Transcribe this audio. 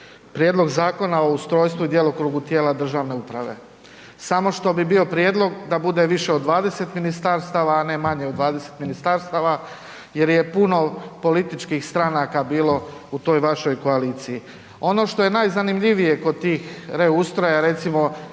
Prijedlog zakona o ustrojstvu i djelokrugu tijela državne uprave, samo što bi bio prijedlog da bude više od 20 ministarstava, a ne manje od 20 ministarstava jer je puno političkih stranaka bilo u toj vašoj koaliciji. Ono što je najzanimljivije kod tih reustroja, recimo,